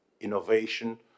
innovation